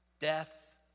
death